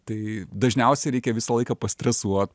tai dažniausiai reikia visą laiką pastresuot